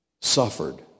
suffered